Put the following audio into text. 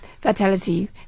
Vitality